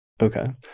Okay